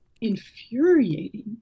Infuriating